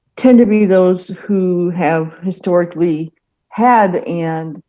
tend to be those who have historically had and